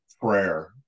prayer